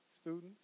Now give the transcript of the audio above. students